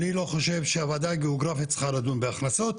אני לא חושב שהוועדה הגיאוגרפית צריכה לדון בהכנסות.